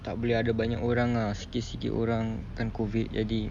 tak boleh ada banyak orang lah sikit-sikit orang kan COVID jadi